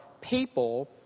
people